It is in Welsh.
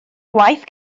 gwaith